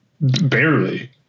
Barely